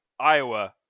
Iowa